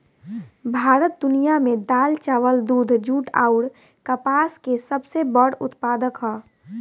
भारत दुनिया में दाल चावल दूध जूट आउर कपास के सबसे बड़ उत्पादक ह